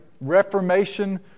Reformation